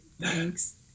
Thanks